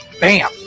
bam